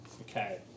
Okay